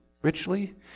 Richly